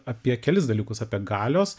apie kelis dalykus apie galios